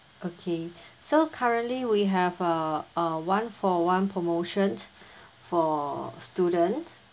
okay so currently we have uh a one for one promotion for student